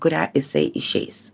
kuria jisai išeis